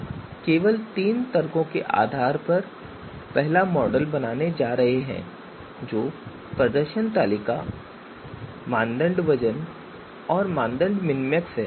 हम केवल तीन तर्कों के आधार पर पहला मॉडल बनाने जा रहे जो प्रदर्शन तालिका मानदंड वजन और मानदंड मिनमैक्स है